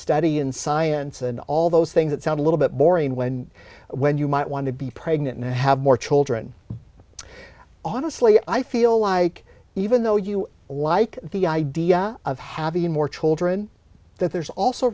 study and science and all those things that sound a little bit boring when when you might want to be pregnant and have more children honestly i feel like even though you like the idea of having more children that there's also